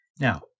Now